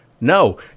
No